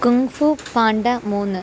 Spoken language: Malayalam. കുങ് ഫു പാണ്ട മൂന്ന്